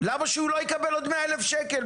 למה שהוא לא יקבל עוד 100,000 שקלים,